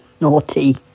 naughty